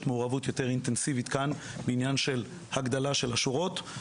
מעורבות יותר אינטנסיבית כאן בעניין של הגדלה של השורות.